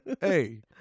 hey